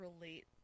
relate